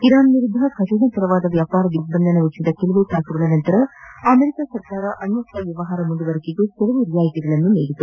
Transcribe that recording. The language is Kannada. ಇರಾನ್ ವಿರುದ್ದ ಕಠಿಣ ತರವಾದ ವ್ಯಾಪಾರ ದಿಗ್ಗಂಧನ ವಿಧಿಸಿದ ಕೆಲವೇ ತಾಸುಗಳ ನಂತರ ಅಮೆರಿಕ ಸರ್ಕಾರ ಅಣ್ಣಸ್ತ ವ್ಲವಹಾರ ಮುಂದುವರಿಕೆಗೆ ಕೆಲವೊಂದು ರಿಯಾಯಿತಿಗಳನ್ನು ನೀಡಿದೆ